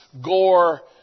gore